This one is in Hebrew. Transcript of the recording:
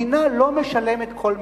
מדינה לא משלמת כל מחיר,